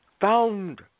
found